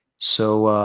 so,